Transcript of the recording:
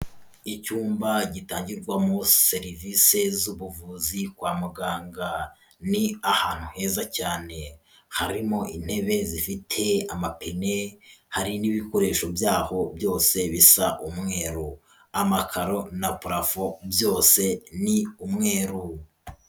Icyumba gitangirwamo serivisi z'ubuvuzi kwa muganga, ni ahantu heza cyane, harimo intebe zifite amapine, hari n'ibikoresho byaho byose bisa umweru, amakaro na parafo byose ni umweru.